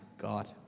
God